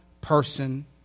person